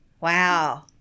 Wow